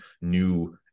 new